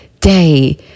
day